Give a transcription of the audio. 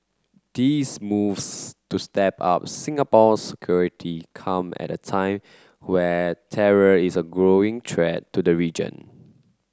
these moves to step up Singapore's security come at a time when terror is a growing threat to the region